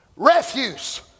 Refuse